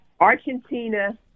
Argentina